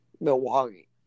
Milwaukee